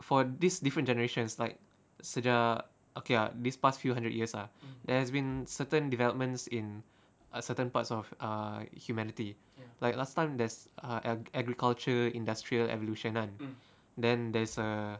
for this different generations like sejak okay ah this past few hundred years ah there has been certain developments in uh certain parts of uh humanity like last time there's uh ag~ agriculture industrial evolution kan then there's uh